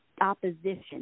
opposition